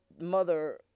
mother